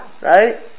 Right